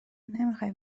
نمیخوای